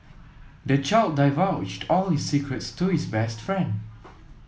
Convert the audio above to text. the child divulged all his secrets to his best friend